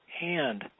hand